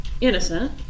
innocent